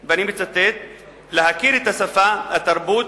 את השפה, התרבות,